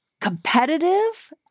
competitive